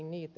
tbe